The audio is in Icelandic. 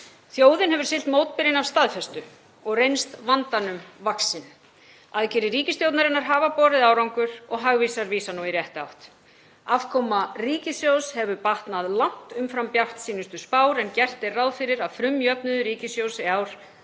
Þjóðin hefur siglt mótbyrinn af staðfestu og reynst vandanum vaxin. Aðgerðir ríkisstjórnarinnar hafa borið árangur og hagvísar vísa nú í rétta átt. Afkoma ríkissjóðs hefur batnað langt umfram bjartsýnustu spár en gert er ráð fyrir að frumjöfnuður ríkissjóðs í ár